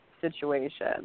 situation